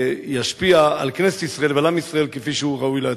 וישפיע על כנסת ישראל ועל עם ישראל כפי שהוא ראוי להשפיע.